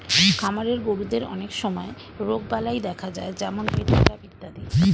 খামারের গরুদের অনেক সময় রোগবালাই দেখা যায় যেমন পেটখারাপ ইত্যাদি